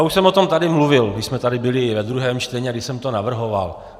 Už jsem o tom tady mluvil, když jsme tady byli ve druhém čtení a když jsem to navrhoval.